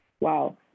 Wow